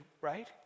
Right